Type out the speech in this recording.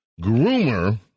Groomer